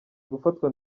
gufatwa